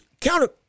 counter